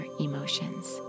emotions